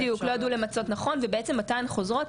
בדיוק, לא ידעו למצות נכון ובעצם מתי הן חוזרות?